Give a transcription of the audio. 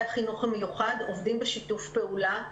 החינוך המיוחד עובדים בשיתוף פעולה.